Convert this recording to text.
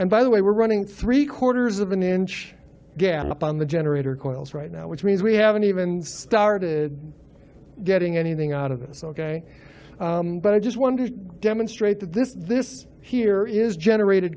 and by the way we're running three quarters of an inch gap on the generator going on right now which means we haven't even started getting anything out of it's ok but i just wanted to demonstrate that this this here is generated